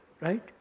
Right